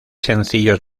sencillos